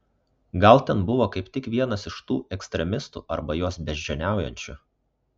gal ten buvo kaip tik vienas iš tų ekstremistų arba juos beždžioniaujančių